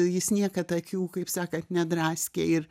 jis niekad akių kaip sakant nedraskė ir